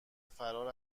فرار